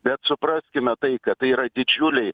bet supraskime tai kad tai yra didžiuliai